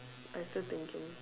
I still thinking